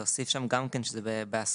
להוסיף שם גם כן שזה בהסכמה